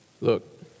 Look